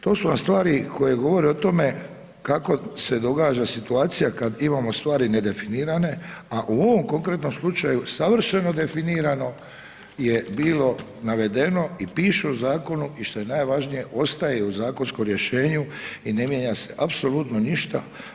To su vam stvari koje govore o tome kako se događa situacija kad imamo stvari nedefinirane, a u ovom konkretnom slučaju savršeno definirano je bilo navedeno i piše u zakonu i šta je najvažnije ostaje u zakonskom rješenju i ne mijenja se apsolutno ništa.